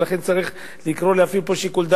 ולכן צריך לקרוא להפעיל פה שיקול דעת.